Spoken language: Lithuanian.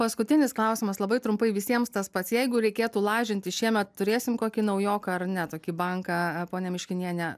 paskutinis klausimas labai trumpai visiems tas pats jeigu reikėtų lažintis šiemet turėsim kokį naujoką ar ne tokį banką ponia miškiniene